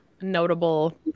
notable